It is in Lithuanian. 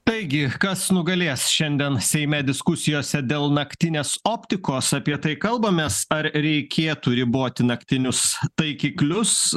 taigi kas nugalės šiandien seime diskusijose dėl naktinės optikos apie tai kalbamės ar reikėtų riboti naktinius taikiklius